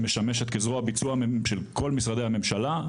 שמשמשת כזרוע ביצוע של כל משרדי הממשלה,